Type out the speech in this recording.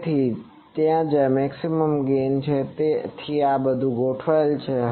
તેથી જ્યાં આ મેક્સીમમ ગેઈન છે તેથી આ બધું ગોઠવાયેલ છે